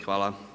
Hvala.